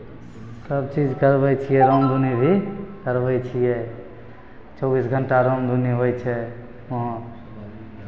सभचीज करबै छियै राम धुनि भी करबै छियै चौबीस घण्टा राम धुनि होइ छै वहाँ